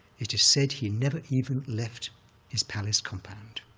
it is said he never even left his palace compound,